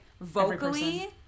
vocally